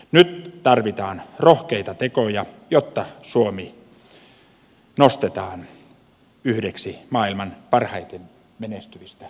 nyt tarvitaan rohkeita tekoja jotta suomi nostetaan yhdeksi maailman parhaiten menestyvistä maista